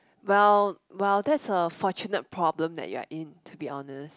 well well that's a fortunate problem that you're in to be honest